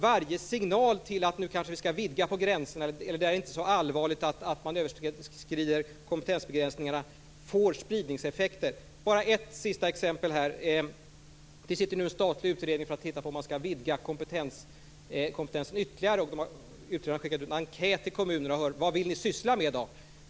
Varje signal om att vi kanske skall vidga gränserna eller att det inte är så allvarligt att man överskrider kompetensbegränsningarna får spridningseffekter. Jag skall ge ett sista exempel. Det sitter nu en statlig utredning och tittar närmare på om man skall vidga kompetensen ytterligare. Man har skickat ut en enkät till kommunerna och frågat vad de vill syssla med.